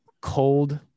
cold